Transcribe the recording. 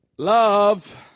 Love